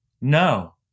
No